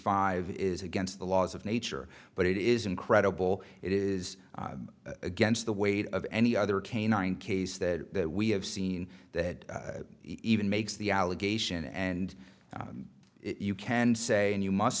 five is against the laws of nature but it is incredible it is against the weight of any other canine case that we have seen that even makes the allegation and you can say and you must